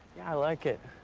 i like it.